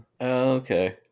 okay